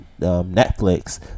Netflix